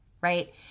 Right